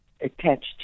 attached